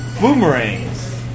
Boomerangs